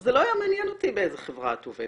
זה לא היה מעניין אותי באיזה חברה את עובדת.